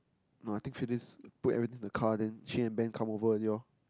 no I think Phyllis put everything in the car then she and Ben come over already loh